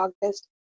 august